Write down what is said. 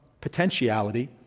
potentiality